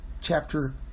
chapter